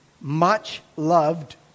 much-loved